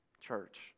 church